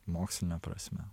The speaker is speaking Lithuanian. moksline prasme